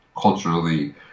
culturally